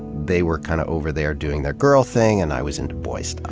they were kind of over there, doing their girl thing. and i was into boy stuff.